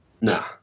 no